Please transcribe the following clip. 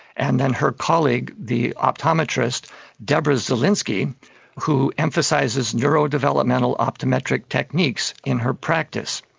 and then her colleague the optometrist deborah zelinsky who emphasises neurodevelopmental optometric techniques in her practice.